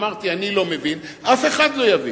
אמרתי: אני לא מבין, אף אחד לא יבין.